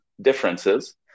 differences